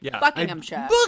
Buckinghamshire